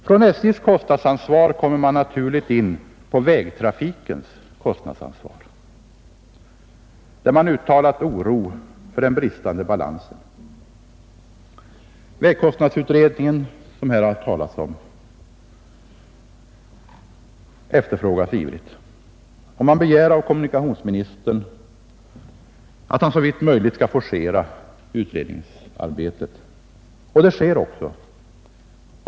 Från SJ:s kostnadsansvar kommer man naturligt in på vägtrafikens kostnadsansvar, där man uttalat oro för den bristande balansen. Vägkostnadsutredningen, som här har talats om, efterfrågas ivrigt. Man begär av kommunikationsministern, att han såvitt möjligt skall forcera utredningsarbetet — och det sker också.